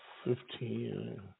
Fifteen